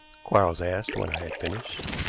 quarles asked when i had finished.